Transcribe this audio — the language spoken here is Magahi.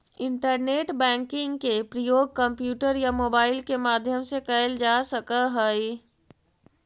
इंटरनेट बैंकिंग के प्रयोग कंप्यूटर या मोबाइल के माध्यम से कैल जा सकऽ हइ